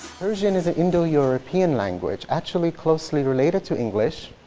persian is an indo-european language, actually closely related to english,